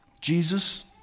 Jesus